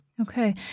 Okay